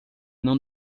não